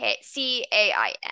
c-a-i-n